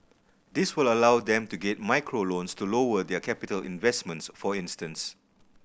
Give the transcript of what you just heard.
this will allow them to get micro loans to lower their capital investments for instance